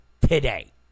Today